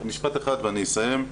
משפט אחד ואני אסיים.